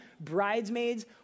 bridesmaids